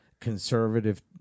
conservative